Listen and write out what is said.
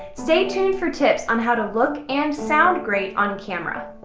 stay tuned for tips on how to look and sound great on camera.